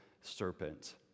serpent